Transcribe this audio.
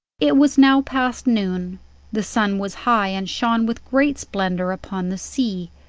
it was now past noon the sun was high, and shone with great splendour upon the sea,